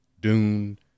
Dune